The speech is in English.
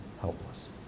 helpless